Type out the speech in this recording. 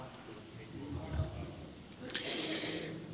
arvoisa puhemies